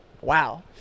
wow